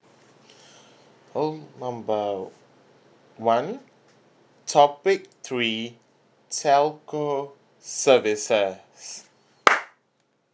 call number one topic three telco services